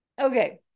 Okay